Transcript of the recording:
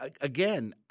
again